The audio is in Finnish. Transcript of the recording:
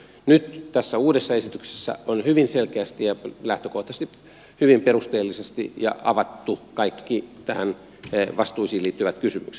nyt tässä uudessa esityksessä on hyvin selkeästi ja lähtökohtaisesti hyvin perusteellisesti avattu kaikki näihin vastuisiin liittyvät kysymykset